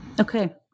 Okay